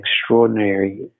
extraordinary